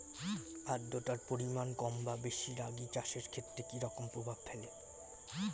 আদ্রতার পরিমাণ কম বা বেশি রাগী চাষের ক্ষেত্রে কি রকম প্রভাব ফেলে?